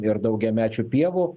ir daugiamečių pievų